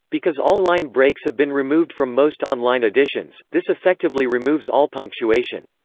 because all line breaks have been removed from most online editions, this effectively removes all punctuation.